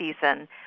season